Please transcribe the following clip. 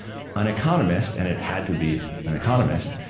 an economist, and it had to be an economist,